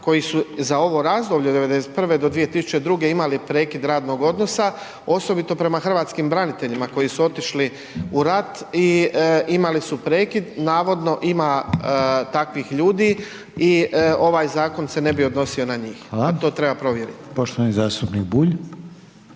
koji su za ovo razdoblje od '91. do 2002. imali prekid radnog odnosa osobito prema Hrvatskim braniteljima koji su otišli u rat i imali su prekid. Navodno ima takvih ljudi i ovaj zakon se ne bi odnosi na njih. To treba provjeriti. **Reiner, Željko